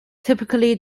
typically